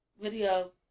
video